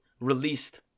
released